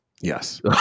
yes